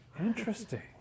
Interesting